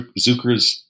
Zuckers